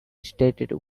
stated